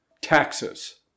Taxes